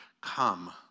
come